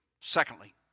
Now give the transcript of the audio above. Secondly